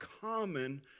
common